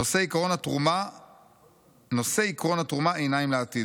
נושא עקרון התרומה עיניים לעתיד,